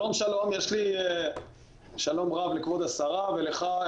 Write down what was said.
שלום רב לכבוד השרה ולך,